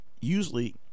usually